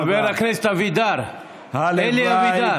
חבר הכנסת אבידר, אלי אבידר.